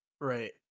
right